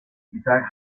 isaac